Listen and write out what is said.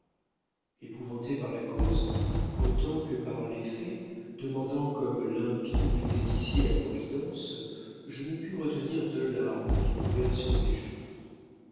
épouvanté par la cause autant que par l'effet demandant comme l'impie où était ici la providence je ne pus retenir deux larmes qui roulèrent sur mes joues